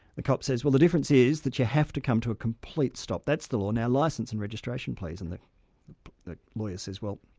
the cop says, well the difference is that you have to come to a complete stop, that's the law, now licence and registration please. and the the lawyer says well,